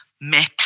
met